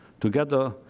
Together